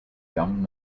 young